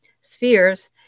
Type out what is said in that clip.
spheres